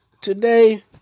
today